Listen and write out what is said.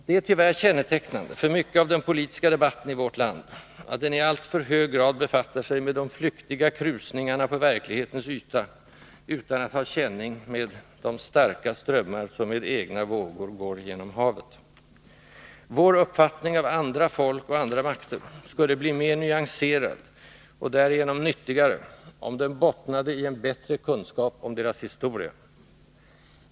Det är tyvärr kännetecknande för mycket av den politiska debatten i vårt land att den i alltför hög grad befattar sig med de flyktiga krusningarna på verklighetens yta utan att ha känning med de starka strömmar som med egna vågor går igenom havet. Vår uppfattning av andra folk och andra makter skulle bli mer nyanserad — och därigenom nyttigare — om den bottnade i en bättre kunskap om deras historia.